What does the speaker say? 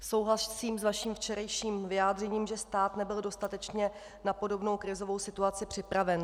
Souhlasím s vaším včerejším vyjádřením, že stát nebyl dostatečně na podobnou krizovou situaci připraven.